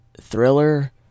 Thriller